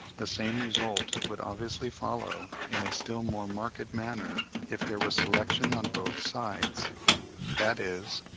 the same result would obviously follow in a still more marked manner if there was selection on both sides that is,